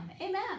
Amen